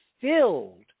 filled